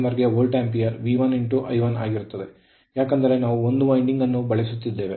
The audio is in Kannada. autotransformer ಗೆ Volt ampere V1I1 ಆಗಿರುತ್ತದೆ ಏಕೆಂದರೆ ನಾವು ಒಂದು ವೈಂಡಿಂಗ್ ಅನ್ನು ಬಳಸುತ್ತಿದ್ದೇವೆ